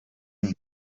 ninde